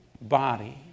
body